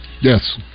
Yes